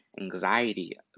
anxiety